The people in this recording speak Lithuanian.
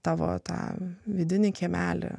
tavo tą vidinį kiemelį